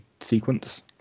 sequence